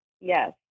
Yes